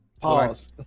Pause